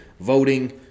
voting